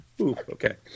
Okay